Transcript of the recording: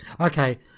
Okay